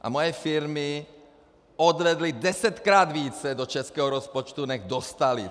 A moje firmy odvedly desetkrát více do českého rozpočtu, než dostaly.